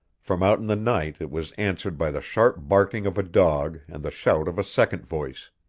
from out in the night it was answered by the sharp barking of a dog and the shout of a second voice.